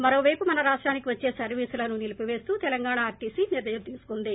మరోపైపు మన రాష్లానికి వచ్చే సర్వీసులను నిలిపిపేస్తూ తెలంగాణ ఆర్టీసీ నిర్ణయం తీసుకుంది